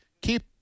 keep